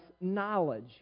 Knowledge